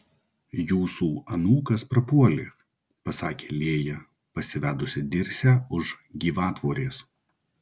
jūsų anūkas prapuolė pasakė lėja pasivedusi dirsę už gyvatvorės